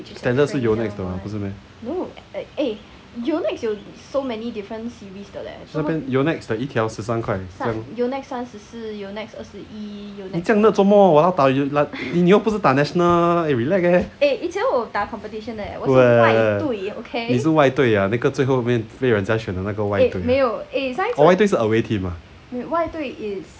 standard 是 yonex 的 mah 不是 meh somet~ yonex 的一条十三块你这样 nerd 做么 !walao! 打 you~ like 你又不是打 national eh relax leh where 你是外对 ah 那个最后被人家选的那个外对外对是 away team ah